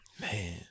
Man